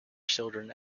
children